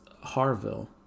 Harville